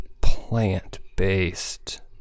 plant-based